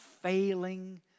Failing